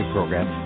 Program